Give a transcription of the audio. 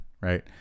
right